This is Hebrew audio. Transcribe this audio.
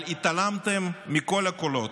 אבל התעלמתם מכל הקולות,